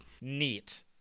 Neat